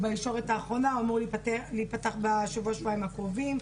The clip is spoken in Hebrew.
ההוסטל בישורת האחרונה והוא אמור להיפתח בשבוע שבועיים הקרובים.